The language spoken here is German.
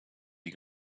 die